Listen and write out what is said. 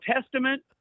Testament